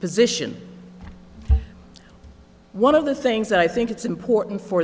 position one of the things that i think it's important for